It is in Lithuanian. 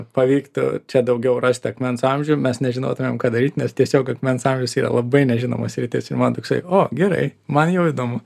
pavyktų čia daugiau rast akmens amžių mes nežinotumėm ką daryt nes tiesiog akmens amžius yra labai nežinoma sritis ir man toksai o gerai man jau įdomu